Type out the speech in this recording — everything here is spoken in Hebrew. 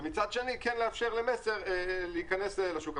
ומצד שני, כן לאפשר למסר להיכנס לשוק?